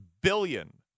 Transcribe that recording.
billion